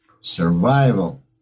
survival